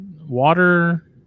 water